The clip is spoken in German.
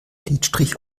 lidstrich